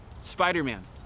Spider-Man